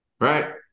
right